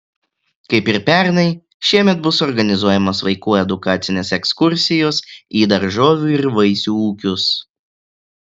kaip ir pernai šiemet bus organizuojamos vaikų edukacines ekskursijos į daržovių ir vaisių ūkius